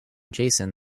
jason